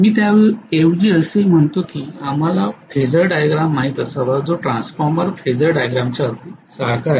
मी त्याऐवजी असे म्हणतो आहे की आम्हाला फेझर डायग्राम माहित असावा जो ट्रान्सफॉर्मर फेझर डायग्रामच्या अगदी सारखा आहे